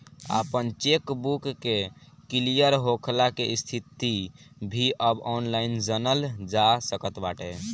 आपन चेकबुक के क्लियर होखला के स्थिति भी अब ऑनलाइन जनल जा सकत बाटे